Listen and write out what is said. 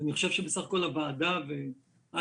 אני חושב שבסך הכול הוועדה ואת,